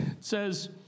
says